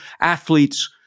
athletes